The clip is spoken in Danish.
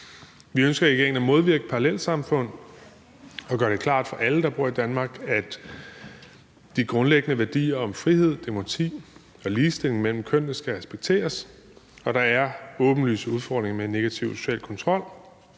i regeringen at modvirke parallelsamfund og gøre det klart for alle, der bor i Danmark, at de grundlæggende værdier om frihed, demokrati og ligestilling mellem kønnene skal respekteres. Der er åbenlyse udfordringer med negativ social kontrol,